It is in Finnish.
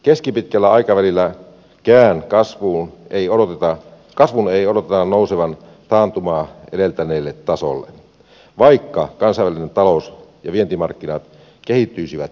keskipitkällä aikavälilläkään kasvun ei odoteta nousevan taantumaa edeltäneelle tasolle vaikka kansainvälinen talous ja vientimarkkinat kehittyisivät suotuisasti